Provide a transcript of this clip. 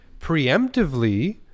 preemptively